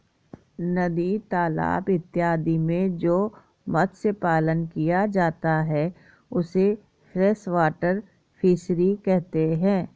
नदी तालाब इत्यादि में जो मत्स्य पालन किया जाता है उसे फ्रेश वाटर फिशरी कहते हैं